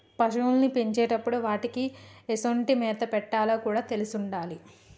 పశువుల్ని పెంచేటప్పుడు వాటికీ ఎసొంటి మేత పెట్టాలో కూడా తెలిసుండాలి